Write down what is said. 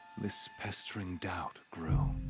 this pestering doubt grew.